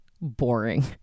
boring